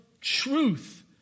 Truth